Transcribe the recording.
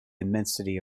immensity